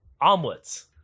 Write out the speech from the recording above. Omelets